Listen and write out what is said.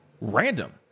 random